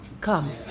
come